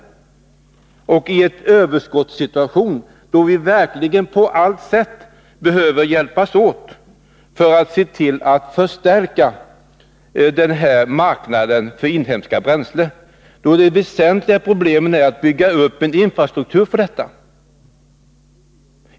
Dessutom har vi en överskottssituation, då vi på allt sätt behöver hjälpas åt för att se till att förstärka marknaden för inhemska bränslen och då ett av de väsentliga problemen är att bygga upp en infrastruktur för detta.